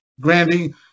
Grandy